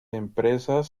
empresas